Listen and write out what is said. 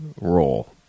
role